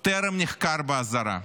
טרם נחקר באזהרה.